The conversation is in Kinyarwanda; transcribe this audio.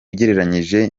ugereranyije